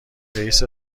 رئیست